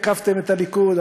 עקפתם את הליכוד,